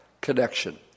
connection